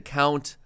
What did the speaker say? count